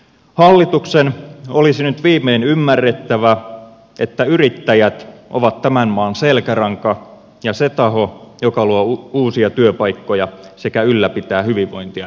hallituksen olisi nyt viimein ymmärrettävä että yrittäjät ovat tämän maan selkäranka ja se taho joka luo uusia työpaikkoja sekä ylläpitää hyvinvointia yhteiskunnassamme